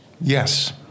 Yes